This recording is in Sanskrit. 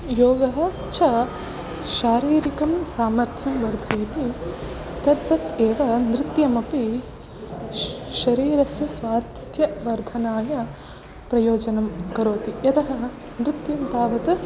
योगः च शारीरिकं सामर्थ्यं वर्धयति तद्वत् एव नृत्यमपि श शरीरस्य स्वास्थ्यवर्धनाय प्रयोजनं करोति यतः नृत्यं तावत्